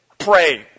pray